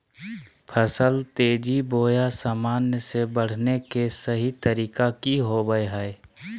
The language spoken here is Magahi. फसल तेजी बोया सामान्य से बढने के सहि तरीका कि होवय हैय?